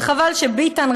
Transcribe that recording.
וחבל שביטן,